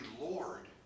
Lord